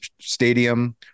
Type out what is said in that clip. Stadium